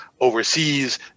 overseas